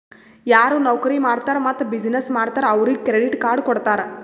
ಯಾರು ನೌಕರಿ ಮಾಡ್ತಾರ್ ಮತ್ತ ಬಿಸಿನ್ನೆಸ್ ಮಾಡ್ತಾರ್ ಅವ್ರಿಗ ಕ್ರೆಡಿಟ್ ಕಾರ್ಡ್ ಕೊಡ್ತಾರ್